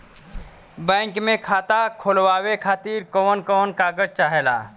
Bank मे खाता खोलवावे खातिर कवन कवन कागज चाहेला?